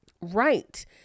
Right